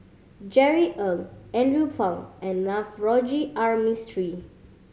Jerry Ng Andrew Phang and Navroji R Mistri